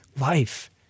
life